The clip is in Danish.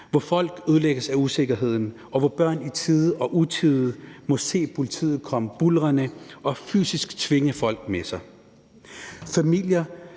hvor folk ødelægges af usikkerhed, og hvor børn i tide og utide må se politiet komme buldrende og fysisk tvinge folk med sig.